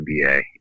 NBA